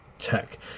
tech